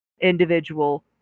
individual